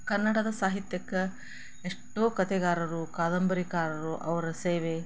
ಕನ್ನಡದ ಸಾಹಿತ್ಯಕ್ಕೆ ಎಷ್ಟೋ ಕಥೆಗಾರರು ಕಾದಂಬರಿಕಾರರು ಅವರ ಸೇವೆ